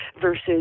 versus